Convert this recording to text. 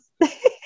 Yes